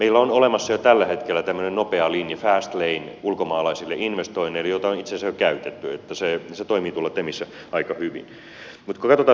meillä on olemassa jo tällä hetkellä tämmöinen nopea linja fast lane ulkomaalaisille investoinneille jota on itse asiassa jo käytetty eli se toimii tuolla temissä aika hyvin